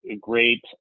great